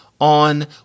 on